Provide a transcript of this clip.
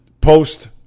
post